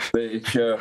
štai čia